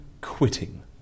quitting